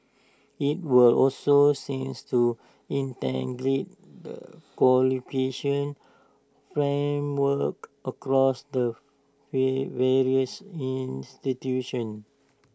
IT will also seeks to integrate the qualification frameworks across the way various institutions